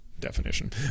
definition